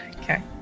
Okay